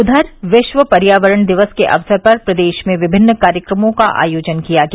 उधर विश्व पर्यावरण दिवस के अवसर पर प्रदेश में विभिन्न कार्यक्रमों का आयोजन किया गया